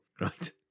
Right